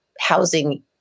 housing